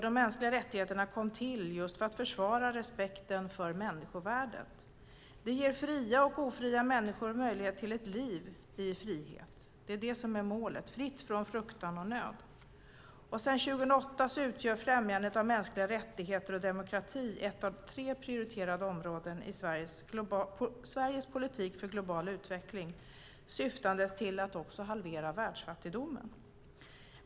De mänskliga rättigheterna kom till för att försvara respekten för människovärdet. De ger fria och ofria människor möjlighet till ett liv i frihet, fritt från fruktan och nöd. Det är det som är målet. Sedan 2008 utgör främjandet av mänskliga rättigheter och demokrati ett av tre prioriterade områden i Sveriges politik för global utveckling, syftandes till att halvera världsfattigdomen.